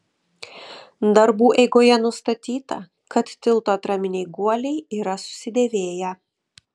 darbų eigoje nustatyta kad tilto atraminiai guoliai yra susidėvėję